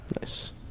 Nice